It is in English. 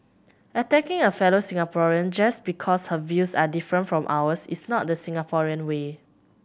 attacking a fellow Singaporean just because her views are different from ours is not the Singaporean way